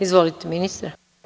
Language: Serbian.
Izvolite, ministre.